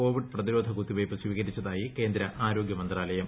Covid പ്രതിരോധ കുത്തിവയ്പ് സ്വീകരിച്ചതായി കേന്ദ്ര ആരോഗ്യ മന്ത്രാലയം